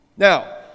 Now